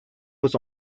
was